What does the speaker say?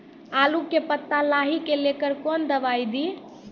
आलू के पत्ता लाही के लेकर कौन दवाई दी?